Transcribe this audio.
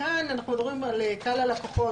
וכאן אנחנו מדברים על קהל הלקוחות,